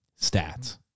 stats